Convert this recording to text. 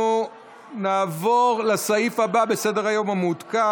אנחנו נעבור לסעיף הבא בסדר-היום המעודכן,